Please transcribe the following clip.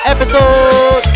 Episode